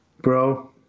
Bro